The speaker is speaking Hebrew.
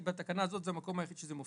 בתקנה הזאת זה המקום היחיד שזה מופיע.